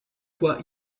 quoi